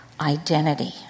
identity